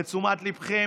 לתשומת ליבכם,